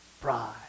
Pride